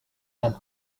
and